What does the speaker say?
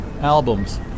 albums